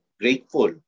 grateful